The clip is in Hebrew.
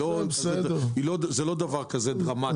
זה לא דבר כזה דרמטי.